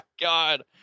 god